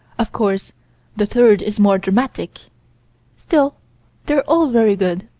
of course the third is more dramatic still they're all very good.